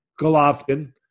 Golovkin